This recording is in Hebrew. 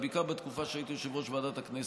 אבל בעיקר בתקופה שהייתי יושב-ראש ועדת הכנסת,